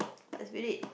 what spirit